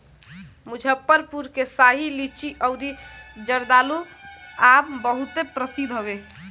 मुजफ्फरपुर के शाही लीची अउरी जर्दालू आम बहुते प्रसिद्ध हवे